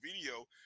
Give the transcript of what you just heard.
video